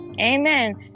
Amen